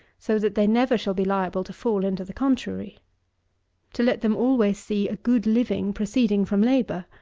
so that they never shall be liable to fall into the contrary to let them always see a good living proceeding from labour,